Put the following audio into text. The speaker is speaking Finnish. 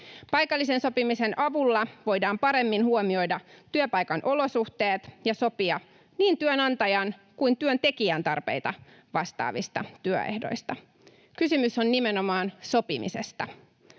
Paikallisen sopimisen avulla voidaan paremmin huomioida työpaikan olosuhteet ja sopia niin työnantajan kuin työntekijän tarpeita vastaavista työehdoista. Kysymys on nimenomaan sopimisesta.